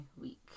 week